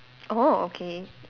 oh okay